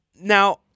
Now